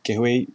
给回